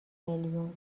میلیون